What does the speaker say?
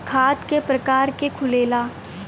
खाता क प्रकार के खुलेला?